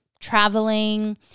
traveling